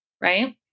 Right